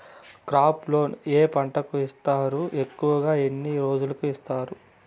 crop loan ఏ పంటలకు ఇస్తారు ఎక్కువగా ఎన్ని రోజులకి ఇస్తారు